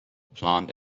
plant